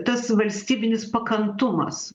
tas valstybinis pakantumas